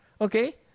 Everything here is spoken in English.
okay